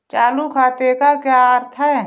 चालू खाते का क्या अर्थ है?